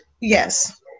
Yes